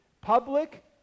public